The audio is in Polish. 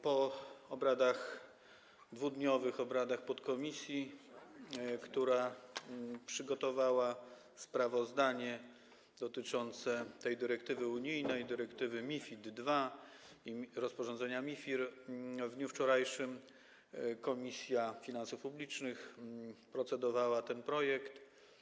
Po dwudniowych obradach podkomisji, która przygotowała sprawozdanie dotyczące tej unijnej dyrektywy MiFID II i rozporządzenia MiFIR, w dniu wczorajszym Komisja Finansów Publicznych procedowała nad tym projektem.